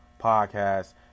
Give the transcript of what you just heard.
podcast